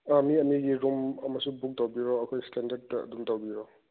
ꯑꯥ ꯃꯤ ꯑꯅꯤꯒꯤ ꯔꯨꯝ ꯑꯃꯁꯨ ꯕꯨꯛ ꯇꯧꯕꯤꯔꯣ ꯑꯩꯈꯣꯏ ꯏꯁꯇꯦꯟꯗ꯭ꯔꯗꯇ ꯑꯗꯨꯝ ꯇꯧꯕꯤꯔꯣ